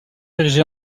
érigée